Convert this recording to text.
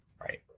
right